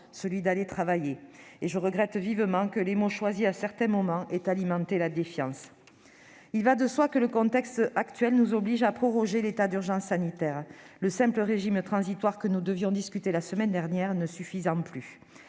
celui d'aller travailler, et je regrette vivement que les mots choisis à certains moments aient alimenté la défiance. Il va de soi que le contexte actuel nous oblige à proroger l'état d'urgence sanitaire, le simple régime transitoire que nous devions discuter la semaine dernière ne suffisant plus.